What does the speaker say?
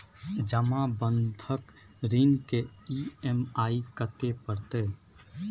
जमा बंधक ऋण के ई.एम.आई कत्ते परतै?